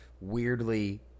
weirdly